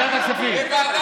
ועדת הכספים, ועדת הכספים.